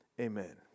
amen